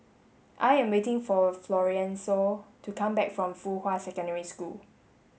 I am waiting for Florencio to come back from Fuhua Secondary School